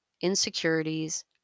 Insecurities